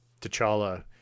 T'Challa